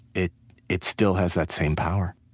it it still has that same power